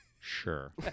Sure